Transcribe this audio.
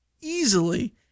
easily